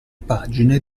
pagine